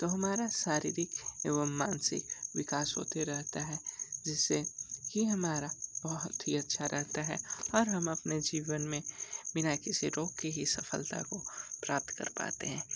तो हमारा शाररिक एवं मानसिक विकास होते रहता है जिससे ही हमारा बहुत ही अच्छा रहता है और हम अपने जीवन में बिना किसी रोग की ही सफ़लता को प्राप्त कर पाते है